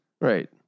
Right